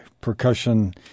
percussion